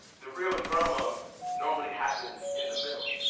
the real drama normally happens in the middle.